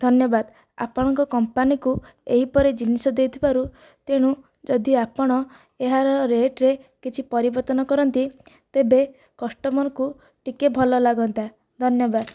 ଧନ୍ୟବାଦ ଆପଣଙ୍କ କମ୍ପାନୀକୁ ଏହିପରି ଜିନିଷ ଦେଇଥିବାରୁ ତେଣୁ ଯଦି ଆପଣ ଏହାର ରେଟ୍ରେ କିଛି ପରିବର୍ତ୍ତନ କରନ୍ତି ତେବେ କଷ୍ଟମରକୁ ଟିକିଏ ଭଲ ଲାଗନ୍ତା ଧନ୍ୟବାଦ